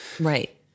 Right